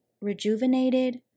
rejuvenated